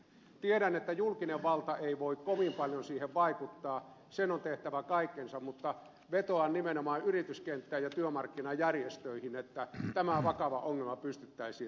tiedän että julkinen valta ei voi kovin paljon siihen vaikuttaa sen on tehtävä kaikkensa mutta vetoan nimenomaan yrityskenttään ja työmarkkinajärjestöihin että tämä vakava ongelma pystyttäisiin ratkaisemaan